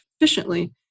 efficiently